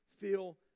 feel